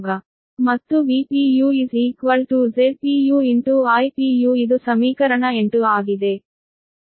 ಮತ್ತು Vpu Zpu Ipu ಇದು ಸಮೀಕರಣ 8 ಆಗಿದೆ